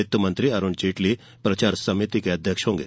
वित्तमंत्री अरुण जेटली प्रचार समिति के अध्यक्ष होंगे